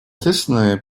ответственны